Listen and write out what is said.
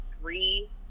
three